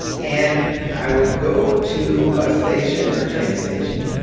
and i would go to a bust station or a train station,